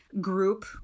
group